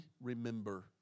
remember